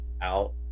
out